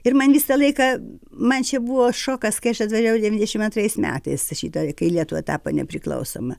ir man visą laiką man čia buvo šokas kai aš atvažiavau devyniasdešimt antrais metais šita kai lietuva tapo nepriklausoma